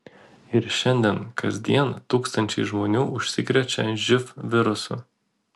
ir šiandien kasdien tūkstančiai žmonių užsikrečia živ virusu